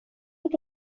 inte